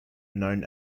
known